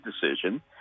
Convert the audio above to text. decision